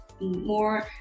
more